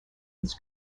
his